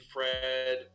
Fred